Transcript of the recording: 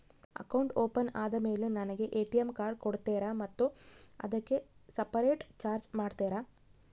Account open ಆದಮೇಲೆ ನನಗೆ ATM card ಕೊಡ್ತೇರಾ ಮತ್ತು ಅದಕ್ಕೆ ಸಪರೇಟ್ ಚಾರ್ಜ್ ಮಾಡ್ತೇರಾ?